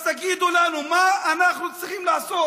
אז תגידו לנו, מה אנחנו צריכים לעשות?